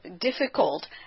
difficult